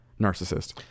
narcissist